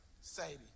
Sadie